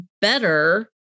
better